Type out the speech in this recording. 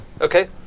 Okay